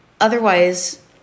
otherwise